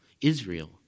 Israel